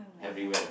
everywhere